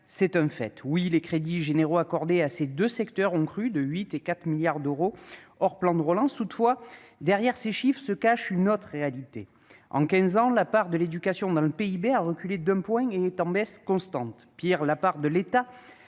c'est un fait ! Oui, les crédits généraux accordés à ces deux secteurs ont crû de 8 milliards d'euros et 4 milliards d'euros, hors plan de relance. Toutefois, derrière ces chiffres se cache une autre réalité. En quinze ans, la part de l'éducation dans le PIB a reculé d'un point et est en baisse constante. Pis, la part de l'État